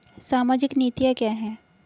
सामाजिक नीतियाँ क्या हैं?